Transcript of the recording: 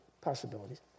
possibilities